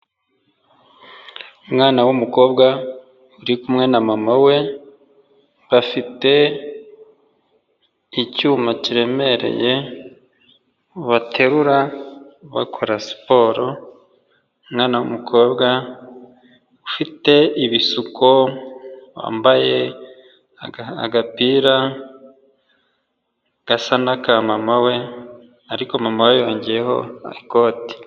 Umwana w'umukobwa, uri kumwe na mama we, bafite icyuma kiremereye, baterura bakora siporo, umwana w'umukobwa ufite ibisuko, wambaye agapira gasa n'aka mama we, ariko mama we yongeyeho ikote.